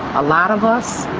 a lot of us